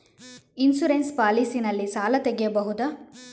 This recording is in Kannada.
ಇನ್ಸೂರೆನ್ಸ್ ಪಾಲಿಸಿ ನಲ್ಲಿ ಸಾಲ ತೆಗೆಯಬಹುದ?